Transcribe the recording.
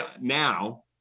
now